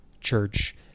Church